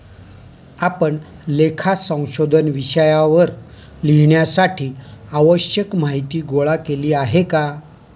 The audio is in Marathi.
आपण लेखा संशोधन विषयावर लिहिण्यासाठी आवश्यक माहीती गोळा केली आहे का?